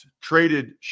traded